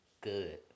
Good